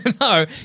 No